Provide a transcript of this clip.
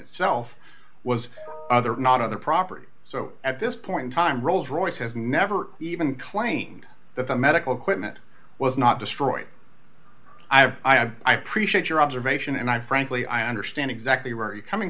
itself was not other property so at this point in time rolls royce has never even claimed that the medical equipment was not destroyed i have i have i appreciate your observation and i frankly i understand exactly where you're coming